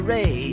Ray